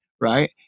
right